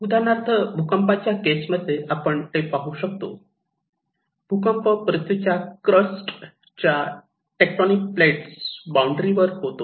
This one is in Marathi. उदाहरणार्थ भूकंपाच्या केस मध्ये आपण ते पाहू शकतो भूकंप पृथ्वीच्या क्रस्टच्या टेक्टोनिक प्लेट्सच्या बॉण्ड्री वर होतो